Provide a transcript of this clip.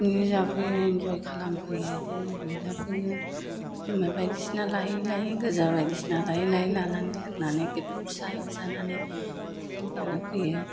picnic जाफैयो enjoy खालाम फैयो बिदिनो रंजा फैयो जुमाय बायदिसिना लायै लायै गोजा बायदिसिना लायै लायै लानानै लोंनानै बेदर फिसायाव एवजानानै पिकनिक जानो फैयो